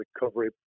recovery